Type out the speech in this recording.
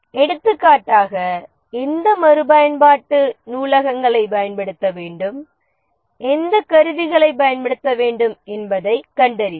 எடுத்துக்காட்டாக எந்த மறுபயன்பாட்டு நூலகங்களைப் பயன்படுத்த வேண்டும் எந்த கருவிகளைப் பயன்படுத்த வேண்டும் என்பதைக் கண்டறிதல்